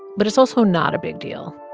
but it's also not a big deal.